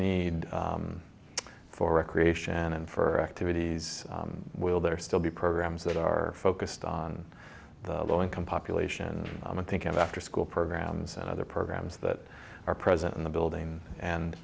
need for recreation and for activities will there still be programs that are focused on the low income population i'm thinking of afterschool programs and other programs that are present in the building and